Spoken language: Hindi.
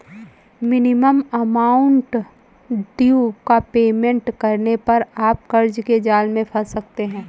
मिनिमम अमाउंट ड्यू का पेमेंट करने पर आप कर्ज के जाल में फंस सकते हैं